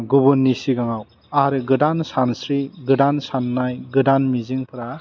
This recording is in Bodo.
गुबुननि सिगाङाव आरो गोदान सानस्रि गोदान सान्नाय गोदान मिजिंफ्रा